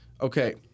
okay